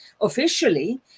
officially